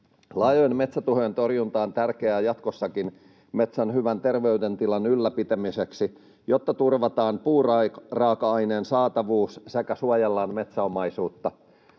Laajojen metsätuhojen torjunta on tärkeää jatkossakin metsän hyvän terveydentilan ylläpitämiseksi, jotta turvataan puuraaka-aineen saatavuus sekä suojellaan metsäomaisuutta.